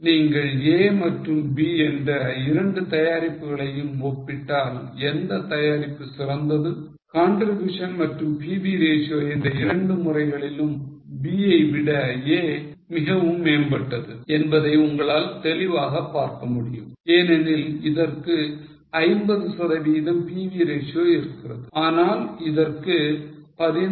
நீங்கள் A மற்றும் B என்ற 2 தயாரிப்புகளையும் ஒப்பிட்டால் எந்த தயாரிப்பு சிறந்தது contribution மற்றும் PV ratio என்ற இரண்டு முறைகளிலும் B ஐ விட A மிகவும் மேம்பட்டது என்பதை உங்களால் தெளிவாகப் பார்க்க முடியும் ஏனெனில் இதற்கு 50 சதவிகிதம் PV ratio இருக்கிறது ஆனால் இதற்கு 16